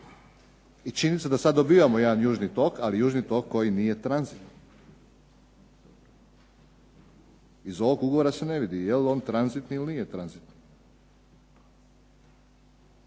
i činjenica da sad dobivamo jedan južni tok, ali južni tok koji nije tranzitni. Iz ovog ugovora se ne vidi je li on tranzitni ili nije tranzitni.